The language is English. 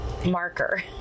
marker